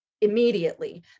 immediately